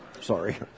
Sorry